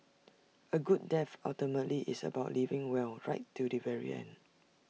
A good death ultimately is about living well right till the very end